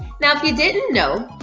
now if you didn't know,